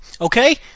Okay